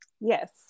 Yes